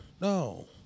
no